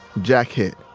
jack hitt,